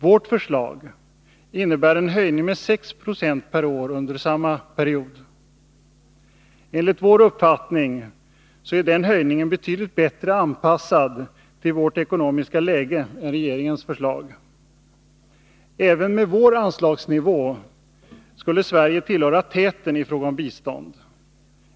Vårt förslag innebär en höjning med 6 26 per år under samma period. Enligt vår uppfattning är den höjningen betydligt bättre anpassad till vårt ekonomiska läge än regeringens förslag. Även med vår anslagsnivå skulle Sverige tillhöra täten i fråga om bistånd.